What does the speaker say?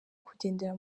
kugendera